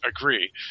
agree